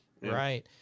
Right